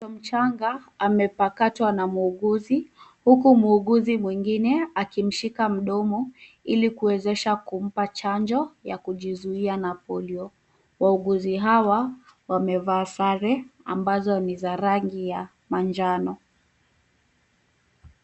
Mtoto mchanga amepakatwa na muuguzi huku muuguzi mwingine akimshika mdomo ili kuwezesha kumpa chanjo ya kujizuia na polio. Wauguzi hawa wamevaa sare ambazo ni za rangi ya manjano.